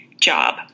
job